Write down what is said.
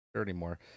anymore